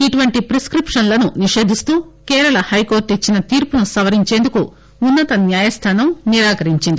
ఇటువంటి ప్రిస్కిప్తన్లను నిషధిస్తూ కేరళ హైకోర్టు ఇచ్చిన తీర్పును సవరించేందుకు ఉన్నత న్యాయస్థానం నిరాకరించింది